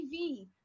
TV